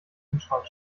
kühlschrank